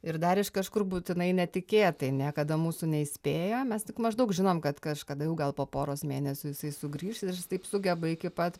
ir dar iš kažkur būtinai netikėtai niekada mūsų neįspėja mes tik maždaug žinom kad kažkada jau gal po poros mėnesių jisai sugrįš ir jis taip sugeba iki pat